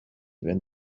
when